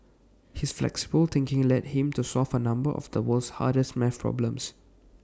his flexible thinking led him to solve A number of the world's hardest math problems